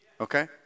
Okay